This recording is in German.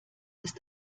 ist